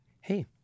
Hey